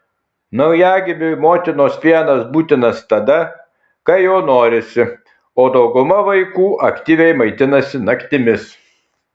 naujagimiui motinos pienas būtinas tada kai jo norisi o dauguma vaikų aktyviai maitinasi naktimis